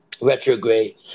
retrograde